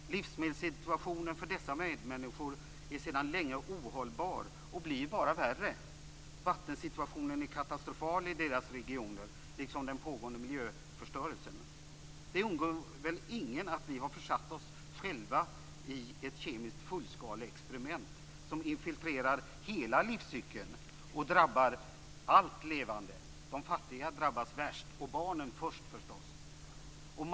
Livsmedelssituationen för dessa medmänniskor är sedan länge ohållbar, och den blir bara värre. Vattensituationen är katastrofal i deras regioner liksom den pågående miljöförstörelsen. Det undgår väl ingen att vi har försatt oss själva i ett kemiskt fullskaleexperiment som infiltrerar hela livscykeln och drabbar allt levande. De fattiga drabbas värst och barnen drabbas förstås först.